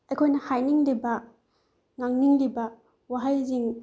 ꯑꯩꯈꯣꯏꯅ ꯍꯥꯏꯅꯤꯡꯂꯤꯕ ꯉꯥꯡꯅꯤꯡꯂꯤꯕ ꯋꯥꯍꯩꯁꯤꯡ